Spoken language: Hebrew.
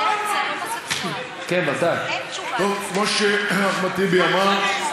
כמו שאחמד טיבי אמר,